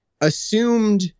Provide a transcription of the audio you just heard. assumed